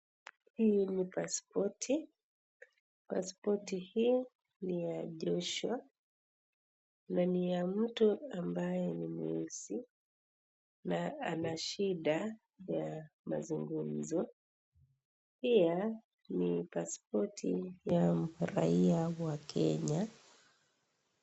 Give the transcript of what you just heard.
Hii ni pasipoti, pasipoti hii ni ya Joshua na ni ya mtu ambaye ni mweusi na ana shida ya mazungumzo pia ni pasipoti ya raia wa Kenya.